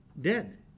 dead